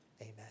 Amen